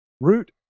Root